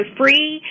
free